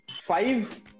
five